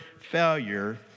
failure